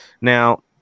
Now